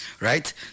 right